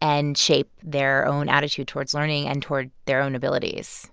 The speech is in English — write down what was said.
and shape their own attitude towards learning and toward their own abilities